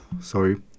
Sorry